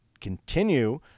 continue